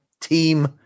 Team